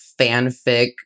fanfic